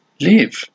Live